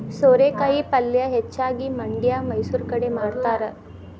ಸೋರೆಕಾಯಿ ಪಲ್ಯೆ ಹೆಚ್ಚಾಗಿ ಮಂಡ್ಯಾ ಮೈಸೂರು ಕಡೆ ಮಾಡತಾರ